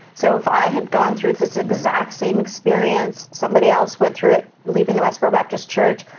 so if i had gone through this exact same experience, somebody else went through it, leaving the westboro baptist church,